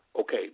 Okay